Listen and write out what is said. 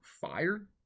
fire